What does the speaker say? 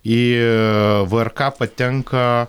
į vrk patenka